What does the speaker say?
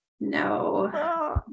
No